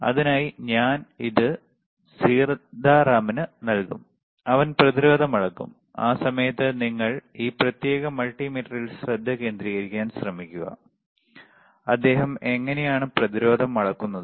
അതിനായി ഞാൻ അത് സീതാറാമിന് നൽകും അവൻ പ്രതിരോധം അളക്കും ആ സമയത്ത് നിങ്ങൾക്ക് ഈ പ്രത്യേക മൾട്ടിമീറ്ററിൽ ശ്രദ്ധ കേന്ദ്രീകരിക്കാൻ ശ്രമിക്കുക അദ്ദേഹം എങ്ങനെയാണു പ്രതിരോധം അളക്കുന്നത്